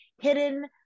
Hidden